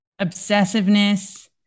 obsessiveness